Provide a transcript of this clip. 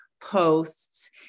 Posts